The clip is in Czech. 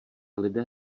lidé